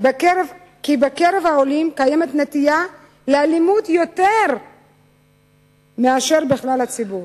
כי בקרב העולים קיימת נטייה לאלימות יותר מאשר בכלל הציבור.